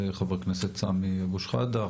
ח"כ סמי אבו שחאדה,